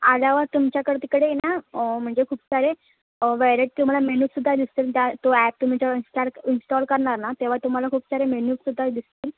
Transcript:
आल्यावर तुमच्याकडं तिकडे ना म्हणजे खूप सारे व्हेरायटी तुम्हाला मेनूज सुद्धा दिसतील त्या तो ॲप तुम्ही जर इंस्टॉल इंस्टॉल करणार ना तेव्हा तुम्हाला खूप सारे मेनूज सुद्धा दिसतील